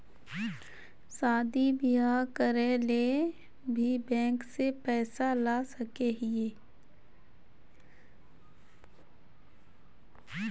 शादी बियाह करे ले भी बैंक से पैसा ला सके हिये?